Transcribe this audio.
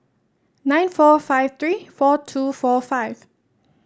nine four five three four two four five